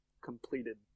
completed